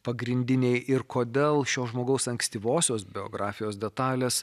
pagrindiniai ir kodėl šio žmogaus ankstyvosios biografijos detalės